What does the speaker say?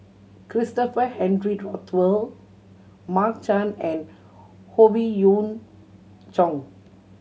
Christopher Henry Rothwell Mark Chan and Howe Yoon Chong